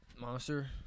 Monster